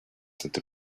since